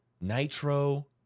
Nitro